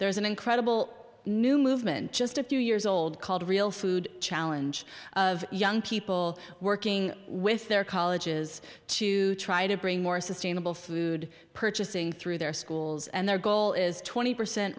there is an incredible new movement just a few years old called real food challenge of young people working with their colleges to try to bring more sustainable food purchasing through their schools and their goal is twenty percent